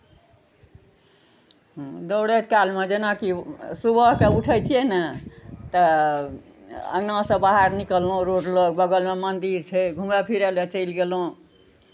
दौड़य कालमे जेनाकि सुबहकेँ उठै छियै ने तऽ अङ्गनासँ बाहर निकललहुँ रोड लग बगलमे मन्दिर छै घुमय फिरय लए चलि गेलहुँ